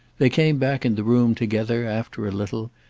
they came back into the room together after a little,